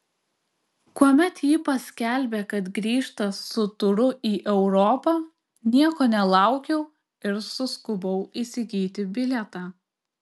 kuomet ji paskelbė kad grįžta su turu į europą nieko nelaukiau ir suskubau įsigyti bilietą